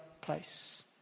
place